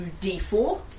D4